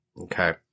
Okay